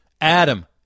Adam